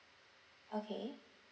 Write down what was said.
okay